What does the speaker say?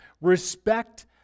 Respect